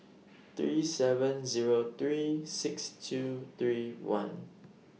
three seven Zero three six two three one